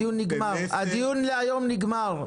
הדיון היום נגמר.